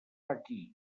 aquí